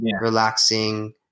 relaxing